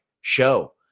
show